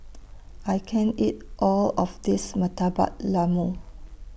I can't eat All of This Murtabak Lembu